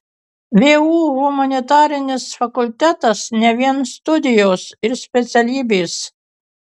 vu humanitarinis fakultetas ne vien studijos ir specialybės